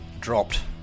dropped